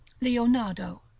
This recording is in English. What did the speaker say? Leonardo